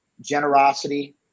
Generosity